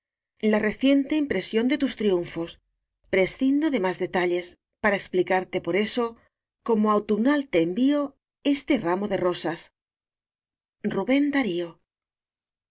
la reciente impresión de tus triunfos prescindo de más detalles para explicarte por eso como autumnal te envío este ramo de rosas r ubén